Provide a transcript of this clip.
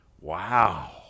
Wow